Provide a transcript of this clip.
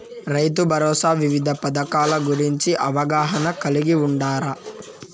రైతుభరోసా వివిధ పథకాల గురించి అవగాహన కలిగి వుండారా?